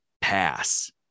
pass